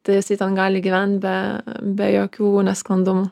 tai jisai ten gali gyvent be be jokių nesklandumų